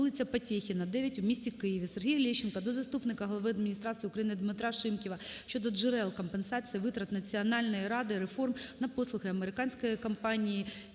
вулиця Потєхіна, 9 у місті Києві. Сергія Лещенка до заступника глави Адміністрації України Дмитра Шимківа щодо джерел компенсації витрат Національної ради реформ на послуги американської компанії BGR